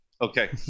Okay